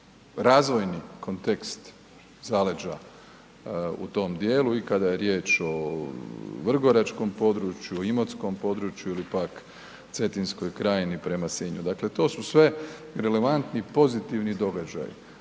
razvojni kontekst zaleđa u tom dijelu i kada je riječ o vrgoračkom području, imotskom području ili pak Cetinskoj krajini prema Sinju, dakle to su sve relevantni pozitivni događaji.